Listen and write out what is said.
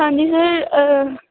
ਹਾਂਜੀ ਸਰ